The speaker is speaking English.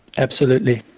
absolutely.